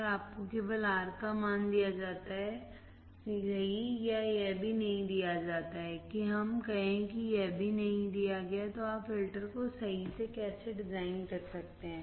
और आपको केवल R का मान दिया जाता है आपको केवल Rका मान दिया जाता है सही या यह भी नहीं दिया जाता है कि हम कहें कि यह भी नहीं दिया गया है तो आप फ़िल्टर को सही से कैसे डिज़ाइन कर सकते हैं